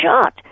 shot